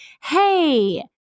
hey